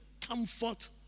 comfort